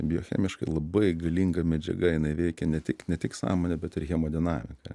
biochemiškai labai galinga medžiaga jinai veikia ne tik ne tik sąmonę bet ir hemodinamiką